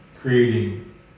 creating